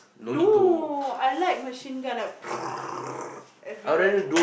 no I like Machine Gun like everywhere